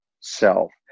self